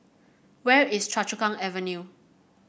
where is Choa Chu Kang Avenue